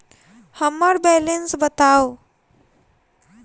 हम्मर बैलेंस बताऊ